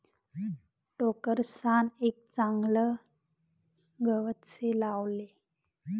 टोकरसान एक चागलं गवत से लावले